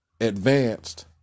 advanced